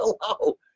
hello